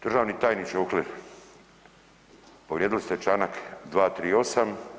Državni tajniče Uhlir, povrijedili ste članak 238.